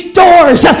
doors